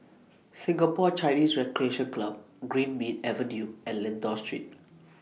Singapore Chinese Recreation Club Greenmead Avenue and Lentor Street